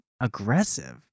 aggressive